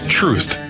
truth